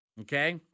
Okay